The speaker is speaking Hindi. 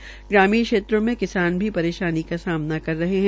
ये ग्रामीण क्षेत्रों में किसान भी परेशानी का सामना कर रहे है